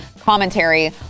commentary